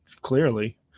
clearly